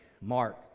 Mark